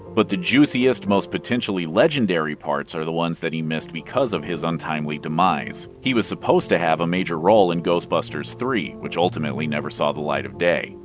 but the juiciest, most potentially legendary parts are the ones that he missed because of his untimely demise. he was supposed to have a major role in ghostbusters three, which ultimately never saw the light of day.